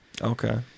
Okay